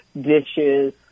dishes